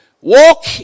Walk